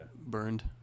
Burned